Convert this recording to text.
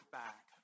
back